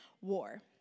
War